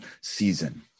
season